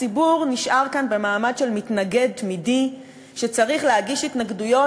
הציבור נשאר כאן במעמד של מתנגד תמידי שצריך להגיש התנגדויות